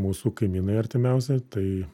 mūsų kaimynai artimiausi tai